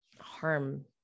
harm